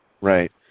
Right